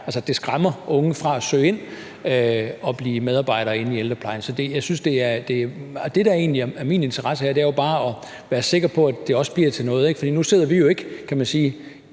det skræmmer unge fra at søge ind og blive medarbejdere i ældreplejen. Det, der egentlig er min interesse her, er bare at være sikker på, at det også bliver til noget. For nu sidder vi jo ikke med de